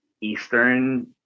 eastern